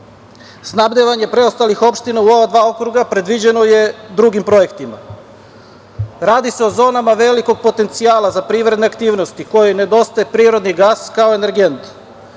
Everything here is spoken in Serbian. Knjaževac. Snabdevanje preostalih opština u ova dva okruga predviđeno je drugim projektima i radi se o zonama velikog potencijala za privredne aktivnosti, kojoj nedostaje privredni gas, kao energent.U